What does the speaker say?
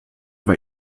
war